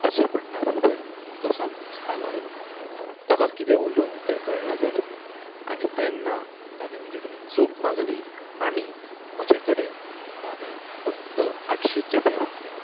अशें म्हणना बरोबर तो सामको खालावलो ताका कितें उलोवं तें कळना जालें आनी तेन्ना ताणें म्हजे कडेन चूक मागली आनी म्हजे कडेन ताणें फक्त आठशींच रुपया मागले